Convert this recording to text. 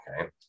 Okay